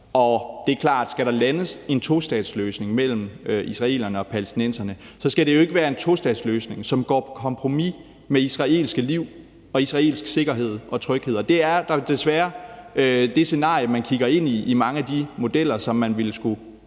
og det er klart, at skal der landes en tostatsløsning mellem israelerne og palæstinenserne, skal det jo ikke være en tostatsløsning, som går på kompromis med israelske liv og israelsk sikkerhed og tryghed. Og det er desværre det scenarie, man kigger ind i, i mange af de modeller, som man ville skulle